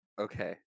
Okay